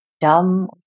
dumb